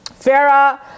Farah